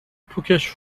پوکش